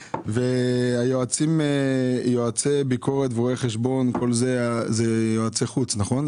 יועצי ביקורת ורואי חשבון, אלה יועצי חוץ, נכון?